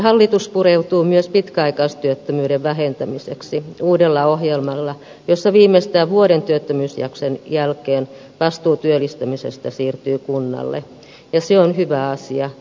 hallitus pureutuu myös pitkäaikaistyöttömyyden vähentämiseen uudella ohjelmalla jossa viimeistään vuoden työttömyysjakson jälkeen vastuu työllistämisestä siirtyy kunnalle ja se on hyvä asia